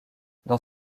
dans